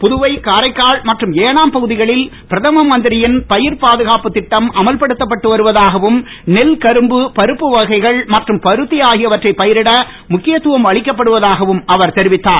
புதுவை காரைக்கால் மற்றும் ஏனாம் பகுதிகளில் பிரதம மந்திரியின் பயிர் பாதுகாப்புத் திட்டம் அமல்படுத்தப்பட்டு வருவதாகவும் நெல் கரும்பு பருப்பு வகைகள் மற்றும் பருத்தி ஆகியவற்றை பயிரிட முக்கியத்துவம் அளிக்கப்படுவதாகவும் அவர் தெரிவித்தார்